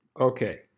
Okay